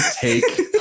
take